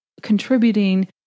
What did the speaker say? contributing